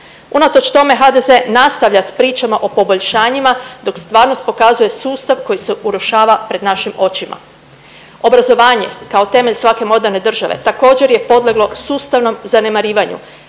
Unatoč tome HDZ nastavlja s pričama o poboljšanjima dok stvarnost pokazuje sustav koji se urušava pred našim očima. Obrazovanje kao temelj svake moderne države također je podleglo sustavno zanemarivanju,